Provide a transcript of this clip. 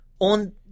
on